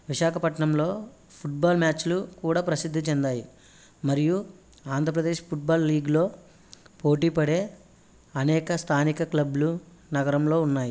విశాఖపట్నంలో ఫుట్బాల్ మ్యాచులు కూడా ప్రసిద్ధి చెందాయి ఆంధ్రప్రదేశ్ ఫుట్బాల్ లీగ్లో పోటీ పడే అనేక స్థానిక క్లబ్లు నగరంలో ఉన్నాయి